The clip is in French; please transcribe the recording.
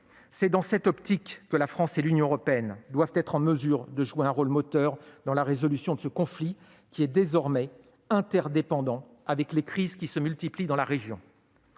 C'est dans cette optique que la France et l'Union européenne doivent être en mesure de jouer un rôle moteur dans la résolution de ce conflit, qui est désormais interdépendant avec les crises qui se multiplient dans la région.